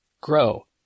grow